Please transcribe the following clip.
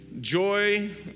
joy